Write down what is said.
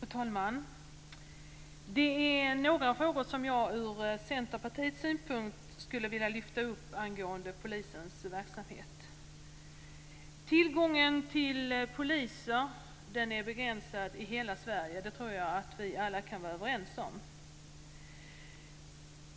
Fru talman! Det är några frågor som jag ur Centerpartiets synpunkt skulle vilja lyfta upp angående polisens verksamhet. Tillgången till poliser är begränsad i hela Sverige. Det tror jag att vi alla kan vara överens om.